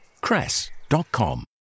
cress.com